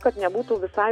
kad nebūtų visai